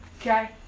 okay